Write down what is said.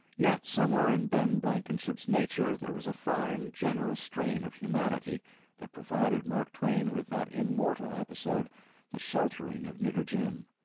yet somewhere in ben blankenship's nature there was a fine, generous strain of humanity that provided mark twain with that immortal episode the sheltering of nigger jim.